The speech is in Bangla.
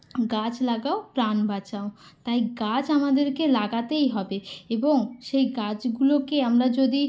গাছ লাগাও প্রাণ বাঁচাও তাই গাছ আমাদেরকে লাগাতেই হবে এবং সেই গাছগুলোকে আমরা যদি